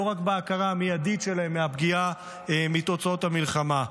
לא רק בהכרה המיידית שלהם מהפגיעה מתוצאות המלחמה,